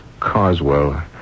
Coswell